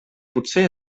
potser